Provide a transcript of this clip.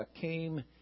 came